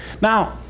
Now